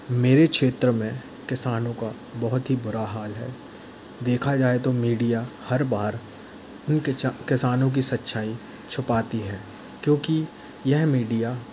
मेरे क्षेत्र में किसानों का बहुत ही बुरा हाल है देखा जाए तो मीडिया हर बार इन किसानों की सच्चाई छुपाती हैं क्योंकि यह मीडिया